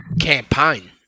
campaign